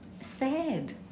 sad